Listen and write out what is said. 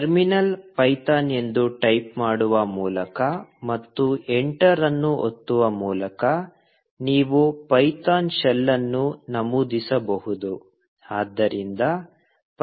ಟರ್ಮಿನಲ್ನಲ್ಲಿ ಪೈಥಾನ್ ಎಂದು ಟೈಪ್ ಮಾಡುವ ಮೂಲಕ ಮತ್ತು ಎಂಟರ್ ಅನ್ನು ಒತ್ತುವ ಮೂಲಕ ನೀವು ಪೈಥಾನ್ ಶೆಲ್ ಅನ್ನು ನಮೂದಿಸಬಹುದು